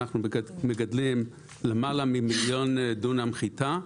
אנחנו מגדלים למעלה ממיליון דונם חיטה,